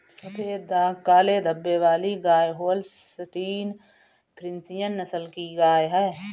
सफेद दाग काले धब्बे वाली गाय होल्सटीन फ्रिसियन नस्ल की गाय हैं